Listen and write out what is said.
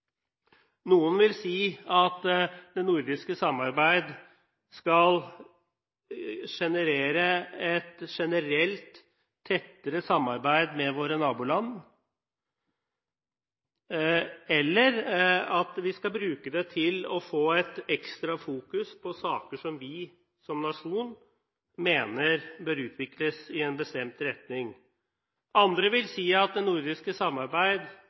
Noen vil si at det nordiske samarbeidet skal generere et generelt tettere samarbeid med våre naboland, eller at vi skal bruke det til å fokusere ekstra på saker som vi som nasjon mener bør utvikles i en bestemt retning. Andre vil si at det nordiske samarbeid